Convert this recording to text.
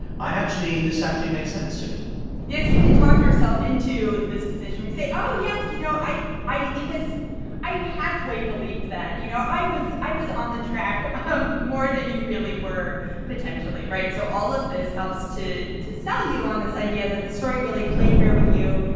i actually this actually makes sense to me yes, you can talk yourself into this position where you say, oh, yes, you know, i i it was i halfway believed that. you know, i was i was on the track um more than you really were potentially, right? so all of this helps to to sell you on this idea that the story really played fair with you,